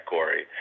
Corey